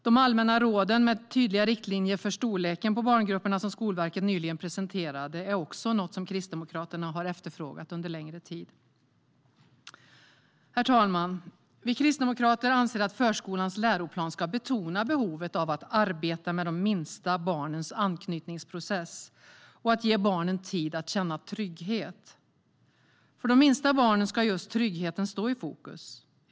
De allmänna råd, med tydliga riktlinjer för storleken på barngrupperna, som Skolverket nyligen presenterade är också något som Kristdemokraterna har efterfrågat under längre tid. Herr talman! Vi kristdemokrater anser att förskolans läroplan ska betona behovet av att arbeta med de minsta barnens anknytningsprocess och att ge barnen tid att känna trygghet. För de minsta barnen ska just tryggheten stå i fokus.